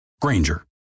Granger